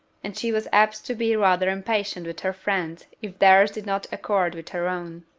and she was apt to be rather impatient with her friends if theirs did not accord with her own.